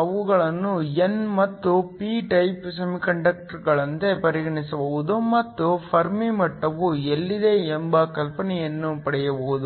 ಅವುಗಳನ್ನು n ಮತ್ತು p type ಸೆಮಿಕಂಡಕ್ಟರ್ಗಳಂತೆ ಪರಿಗಣಿಸಬಹುದು ಮತ್ತು ಫೆರ್ಮಿ ಮಟ್ಟವು ಎಲ್ಲಿದೆ ಎಂಬ ಕಲ್ಪನೆಯನ್ನು ಪಡೆಯಬಹುದು